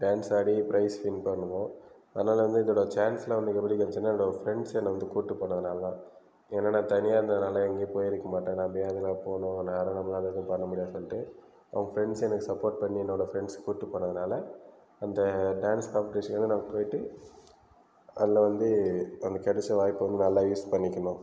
dance ஆடி prize win பண்ணுவோம் அதனால் வந்து இதோட சான்ஸ்லாம் வந்து எனக்கு எப்டி கெடச்சுதுன்னா என்னோட ஃபிரண்ட்ஸ் என்னை வந்து கூப்பிட்டு போனதுனால தான் ஏன்னா நான் தனியாக இருந்ததுனால் எங்கேயும் போயிருக்க மாட்டேன் நான் அப்படியே எங்கெல்லாம் போகணும் நான் அங்கெல்லாம் போய் பண்ண முடியாதுனுட்டு அவங்க ஃபிரண்ட்ஸ் எனக்கு சப்போர்ட் பண்ணி என்னோடய ஃபிரண்ட்ஸ் கூட்டிட்டு போனதுனால் அந்த டான்ஸ் காம்படீஷனில் நான் போயிட்டு அதில் வந்து அன்றைக்கி கிடச்ச வாய்ப்பு வந்து நல்லா யூஸ் பண்ணிக்கிறேன்